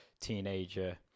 teenager